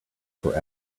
for